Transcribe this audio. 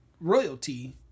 royalty